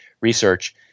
research